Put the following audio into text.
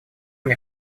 мне